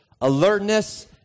alertness